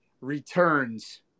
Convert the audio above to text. returns